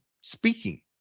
speaking